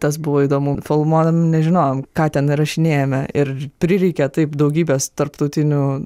tas buvo įdomu filmuodami nežinojom ką ten įrašinėjame ir prireikė taip daugybės tarptautinių